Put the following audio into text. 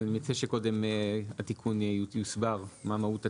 אני מציע שקודם התיקון יוסבר, מה מהות התיקון.